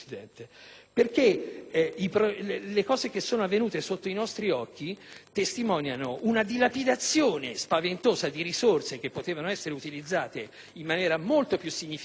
perché le cose avvenute sotto i nostri occhi testimoniano una dilapidazione spaventosa di risorse che potevano essere utilizzate in maniera molto più significativa